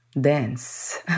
dance